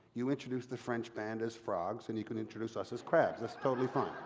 you introduce the french band as frogs and you can introduce us as crabs. that's totally fine.